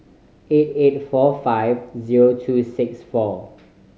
eight eight four five zero two six four